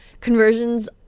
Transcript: conversions